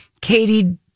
Katie